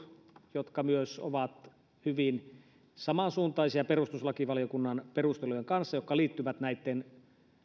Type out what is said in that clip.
jotka myös ovat hyvin samansuuntaisia perustuslakivaliokunnan perustelujen kanssa jotka liittyvät näitten